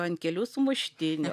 ant kelių sumuštinių